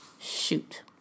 Shoot